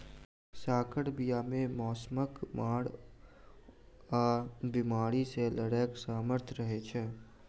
सँकर बीया मे मौसमक मार आ बेमारी सँ लड़ैक सामर्थ रहै छै